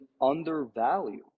undervalue